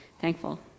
thankful